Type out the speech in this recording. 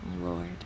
Lord